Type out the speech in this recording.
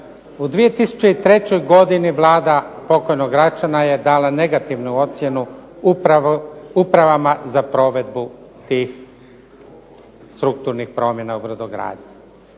U 2003. godini Vlada pokojnog Račana je dala negativnu ocjenu upravama za provedbu tih strukturnih promjena u brodogradnji.